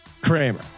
Kramer